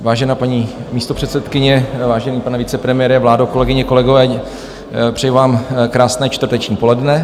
Vážená paní místopředsedkyně, vážený pane vicepremiére, vládo, kolegyně, kolegové, přeju vám krásné čtvrteční poledne.